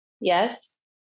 yes